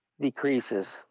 decreases